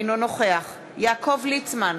אינו נוכח יעקב ליצמן,